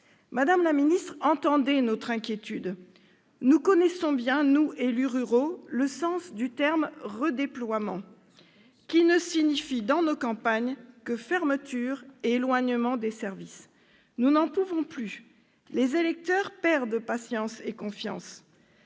Madame la ministre, entendez notre inquiétude. Nous connaissons bien, nous qui sommes élus ruraux, le sens du terme « redéploiement », qui ne signifie, dans nos campagnes, que fermetures et éloignement des services. Nous n'en pouvons plus ! Les électeurs perdent patience et confiance